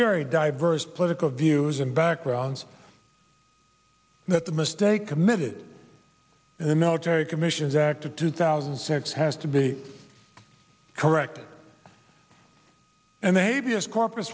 very diverse political views and backgrounds that the mistake committed in the military commissions act of two thousand and six has to be corrected and they be as corp